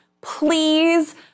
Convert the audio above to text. please